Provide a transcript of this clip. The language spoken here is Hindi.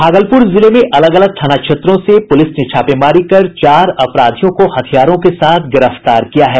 भागलपुर जिले में अलग अलग थाना क्षत्रों से पुलिस ने छापेमारी कर चार अपराधियों को हथियारों के साथ गिरफ्तार किया है